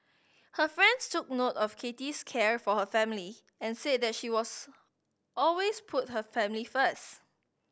her friends took note of Kathy's care for her family and said that she was always put her family first